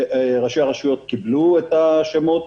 וראשי הרשויות קיבלו את השמות,